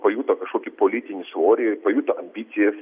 pajuto kažkokį politinį svorį ir pajuto ambicijas